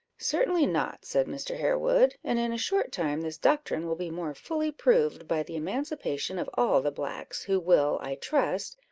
certainly not, said mr. harewood, and in a short time this doctrine will be more fully proved by the emancipation of all the blacks, who will, i trust,